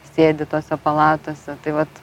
sėdi tose palatose tai vat